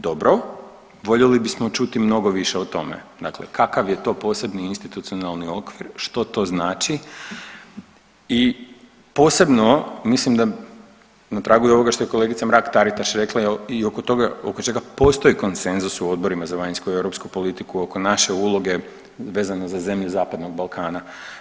Dobro, voljeli bismo čuti mnogo više o tome, dakle kakav je to posebni institucionalni okvir, što to znači i posebno mislim da, na tragu je i ovoga što je kolegica Mrak-Taritaš rekla i oko toga, oko čega postoji konsenzus u Odborima za vanjsku i europsku politiku oko naše uloge vezano za zemlje Zapadnog Balkana.